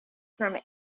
from